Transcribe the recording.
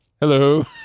Hello